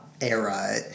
era